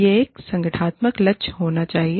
यह एक संगठनात्मक लक्ष्य होना चाहिए